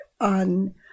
on